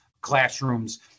classrooms